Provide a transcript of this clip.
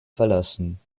verlassen